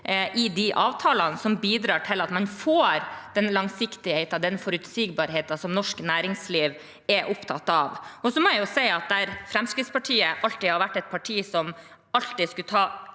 i avtalene slik at man får den langsiktigheten og forutsigbarheten som norsk næringsliv er opptatt av. Jeg må si dette: Fremskrittspartiet har vært et parti som alltid skulle ta